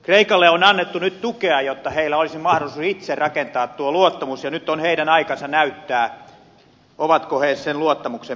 kreikalle on annettu nyt tukea jotta heillä olisi mahdollisuus itse rakentaa tuo luottamus ja nyt on heidän aikansa näyttää ovatko he sen luottamuksen mittaisia